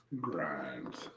Grimes